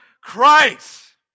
Christ